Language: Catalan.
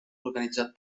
organitzat